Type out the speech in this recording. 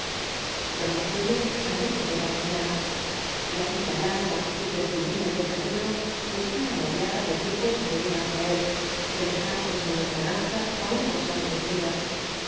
don marcelo anduvo toda la mañana la cinta blanca y rectilínea del camino estaba moteada de grupos que venían hacia él semejantes en lontananza á un rosario de hormigas